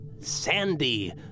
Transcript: Sandy